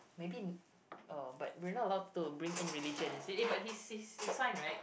maybe uh but we are not allowed to bring in religion is it eh but he's he's he's fine right